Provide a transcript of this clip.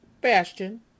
Bastion